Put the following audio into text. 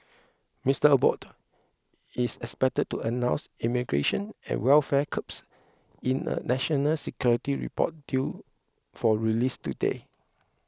Mister Abbott is expected to announce immigration and welfare curbs in a national security report due for release today